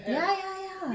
ya ya ya